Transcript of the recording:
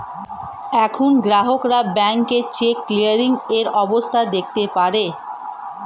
এখন গ্রাহকরা ব্যাংকে চেক ক্লিয়ারিং এর অবস্থা দেখতে পারে